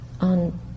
on